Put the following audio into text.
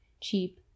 cheap